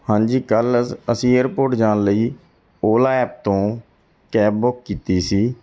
ਹਾਂਜੀ ਕੱਲ ਅਸੀਂ ਏਅਰਪੋਰਟ ਜਾਣ ਲਈ ਓਲਾ ਐਪ ਤੋਂ ਕੈਬ ਬੁੱਕ ਕੀਤੀ ਸੀ